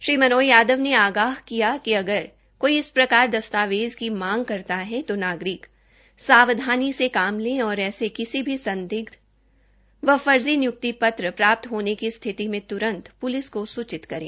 श्री मनोज यादव ने आग्रह किया अगर कोई इस प्रकार दस्तावेज़ की मांग करता है तो नागरिक सावधानी से काम ले ओर ऐसे किसी भी संदिग्ध एवं फर्जी निय्क्ति पत्र प्राप्त होने की स्थिति में तुरंत प्रेलिस को सूचित करें